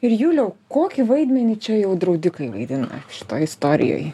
ir juliau kokį vaidmenį čia jau draudikai vaidina šitoj istorijoj